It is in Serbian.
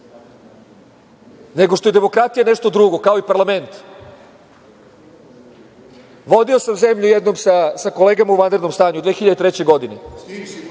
nego što je demokratija nešto drugo, kao i parlament. Vodio sam zemlju jednom sa kolegama u vanrednom stanju. Dan nakon ubistva